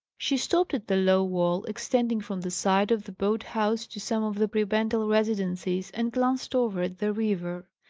she stopped at the low wall, extending from the side of the boat-house to some of the prebendal residences, and glanced over at the river.